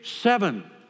seven